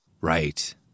Right